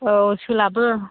औ सोलाबो